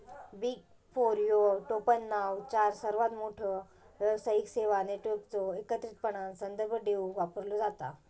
big four ह्यो टोपणनाव चार सर्वात मोठ्यो व्यावसायिक सेवा नेटवर्कचो एकत्रितपणान संदर्भ देवूक वापरलो जाता